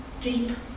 deep